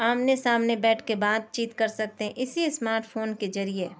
آمنے سامنے بیٹھ کے بات چیت کر سکتے ہیں اسی اسمارٹ فون کے ذریعے